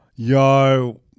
Yo